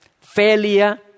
failure